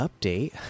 update